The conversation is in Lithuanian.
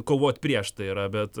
kovot prieš tai yra bet